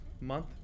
month